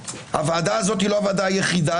והוועדה הזאת היא לא הוועדה היחידה,